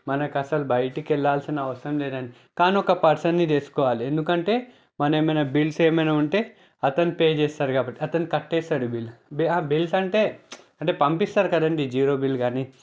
మనకు అసలు బయటికి వెళ్ళాల్సిన అవసరం లేదండి కానీ ఒక పర్సన్ తెసుకోవాలి ఎందుకంటే మనం ఏమైనా బిల్స్ ఏమైనా ఉంటే అతను పే చేస్తాడు కాబట్టి అతను కట్టేస్తాడు బిల్స్ అంటే ఆ బిల్స్ అంటే అంటే పంపిస్తారు కదండి జీరో బిల్ కానీ